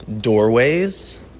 doorways